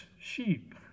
sheep